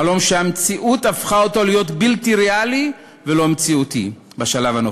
חלום שהמציאות הפכה אותו להיות בלתי ריאלי ולא מציאותי בשלב הנוכחי.